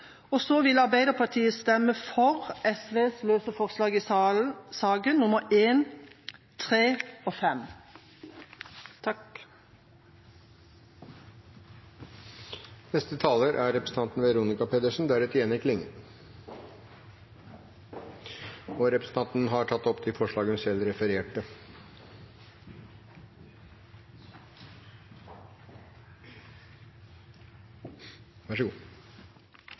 Og så vil Arbeiderpartiet stemme for SVs løse forslag nr. 1, 3 og 5 i sak nr. 11. Representanten Kari Henriksen har tatt opp de forslagene hun refererte